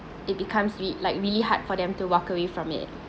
it becomes re~ like really hard for them to walk away from it